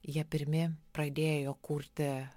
jie pirmi pradėjo kurti